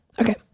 Okay